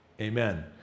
amen